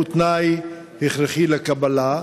הוא תנאי הכרחי לקבלה?